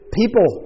people